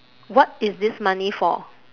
what is this money for